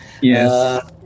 Yes